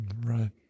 Right